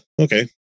okay